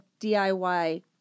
DIY